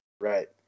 Right